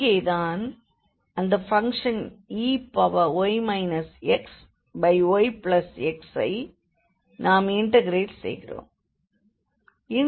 இங்கே தான் அந்த ஃபங்ஷன் ey xyxஐ நாம் இண்டெக்ரேட் செய்கிறோம்